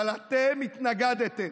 אבל אתם התנגדתם.